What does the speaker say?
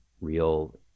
real